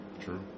true